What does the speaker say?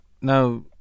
Now